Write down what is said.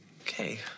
Okay